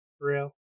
Real